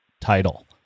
title